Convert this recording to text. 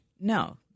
No